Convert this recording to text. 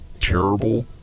terrible